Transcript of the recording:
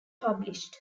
published